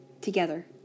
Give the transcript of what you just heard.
together